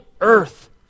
earth